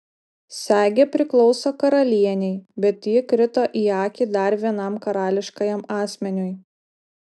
segė priklauso karalienei bet ji krito į akį dar vienam karališkajam asmeniui